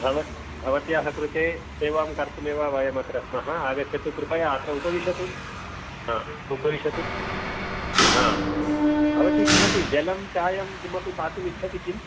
भव भवत्याः कृते सेवां कर्तुम् एव वयम् अत्र स्मः आगच्छतु कृपया अत्र उपविशतु उपविशतु भवति किमपि जलं चायं किमपि पातुम् इच्छति किम्